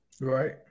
right